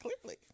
Clearly